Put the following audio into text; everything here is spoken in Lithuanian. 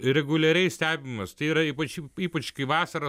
reguliariai stebimas tai yra ypač ypač kai vasarą